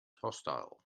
hostile